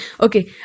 Okay